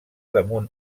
damunt